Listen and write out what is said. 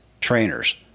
trainers